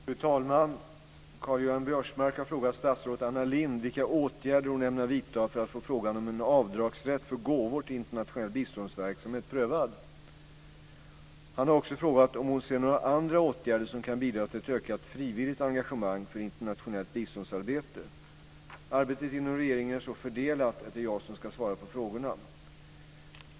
Fru talman! Karl-Göran Biörsmark har frågat statsrådet Anna Lindh vilka åtgärder hon ämnar vidta för att få frågan om en avdragsrätt för gåvor till internationell biståndsverksamhet prövad. Han har också frågat om hon ser några andra åtgärder som kan bidra till ett ökat frivilligt engagemang för internationellt biståndsarbete. Arbetet inom regeringen är så fördelat att det är jag som ska svara på frågorna.